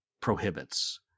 prohibits